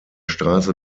straße